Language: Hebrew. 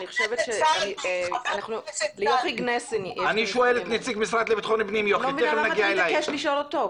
אני חושבת שליוכי גנסין יש את הנתונים האלה.